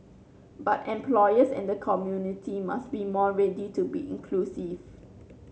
but employers and the community must be more ready to be inclusive